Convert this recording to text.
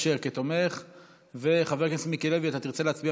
השר, מן הסתם, מוותר על סיכום,